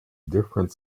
different